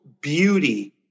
beauty